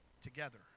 together